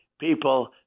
people